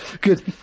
Good